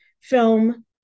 film